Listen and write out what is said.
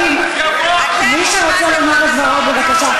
חברים, מי שרוצה לומר את דברו, בבקשה.